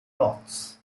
plots